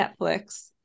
Netflix